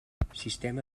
sistema